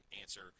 answer